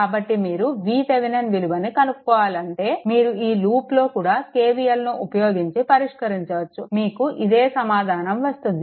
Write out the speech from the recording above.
కాబట్టి మీరు VThevenin విలువని కనుక్కోవాలి అంటే మీరు ఈ లూప్లో కూడా KVLను ఉపయోగించి పరిష్కరించవచ్చు మీకు ఇదే సమాధానం వస్తుంది